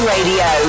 Radio